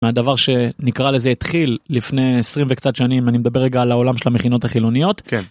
הדבר שנקרא לזה התחיל לפני 20 וקצת שנים, אני מדבר רגע על העולם של המכינות החילוניות. -כן.